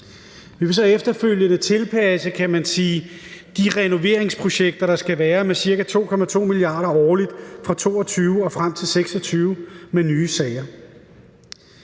Vi vil så efterfølgende tilpasse de renoveringsprojekter, der skal være, med ca. 2,2 mia. kr. årligt fra 2022 og frem til 2026 med nye sager.